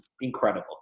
incredible